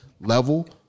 level